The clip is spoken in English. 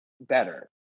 better